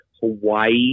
Hawaii